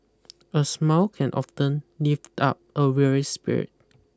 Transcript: a smile can often lift up a weary spirit